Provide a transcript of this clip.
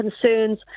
concerns